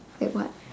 like what